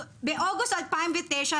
באוגוסט 2019,